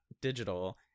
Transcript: digital